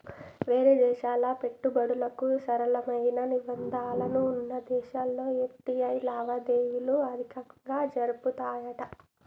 వేరే దేశాల పెట్టుబడులకు సరళమైన నిబంధనలు వున్న దేశాల్లో ఎఫ్.టి.ఐ లావాదేవీలు అధికంగా జరుపుతాయట